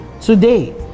Today